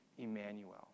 Emmanuel